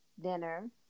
dinner